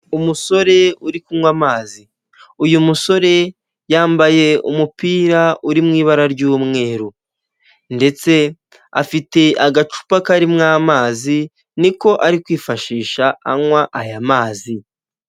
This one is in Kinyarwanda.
Umusore uri kunkwa amazi, uyu musore yambaye umupira uri mu ibara ry'umweru ndetse afite agacupa karimo amazi niko ari kwifashisha ankwa aya mazi.